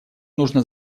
нужно